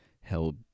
held